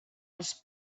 els